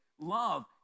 love